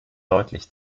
deutlich